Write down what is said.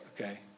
okay